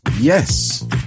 Yes